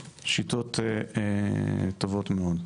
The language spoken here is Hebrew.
שיטות טובות מאוד.